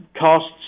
costs